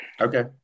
Okay